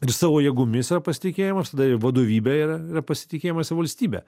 ir savo jėgomis yra pasitikėjimas tada ir vadovybe yra pasitikėjimas valstybe